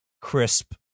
crisp